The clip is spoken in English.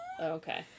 okay